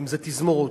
אם תזמורות,